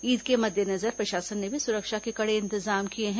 ईद के मद्देनजर प्रशासन ने भी सुरक्षा के कड़े इंतजाम किए हैं